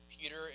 Peter